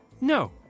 No